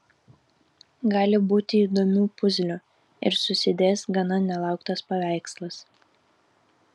gali būti įdomių puzlių ir susidės gana nelauktas paveikslas